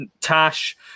Tash